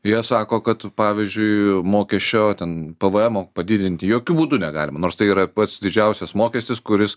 jie sako kad pavyzdžiui mokesčio ten pvm padidinti jokiu būdu negalim nors tai yra pats didžiausias mokestis kuris